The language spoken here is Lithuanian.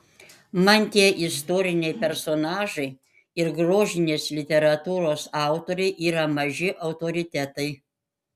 man tie istoriniai personažai ir grožinės literatūros autoriai yra maži autoritetai